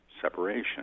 separation